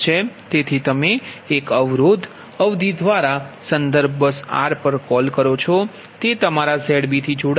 તેથી તમે એક અવરોધ અવધિ દ્વારા સંદર્ભ બસ r પર કોલ કરો છો તે તમારા Zb થી જોડાયેલ છે